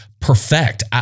perfect